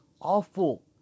awful